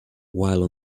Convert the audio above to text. while